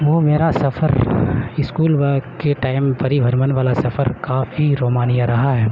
وہ میرا سفر اسکول کے ٹائم پری بھرمن والا سفر کافی رومانیہ رہا ہے